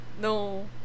no